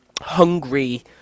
hungry